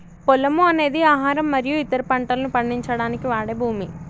పొలము అనేది ఆహారం మరియు ఇతర పంటలను పండించడానికి వాడే భూమి